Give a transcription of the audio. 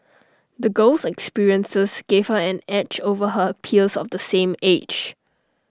the girl's experiences gave her an edge over her peers of the same age